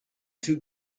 two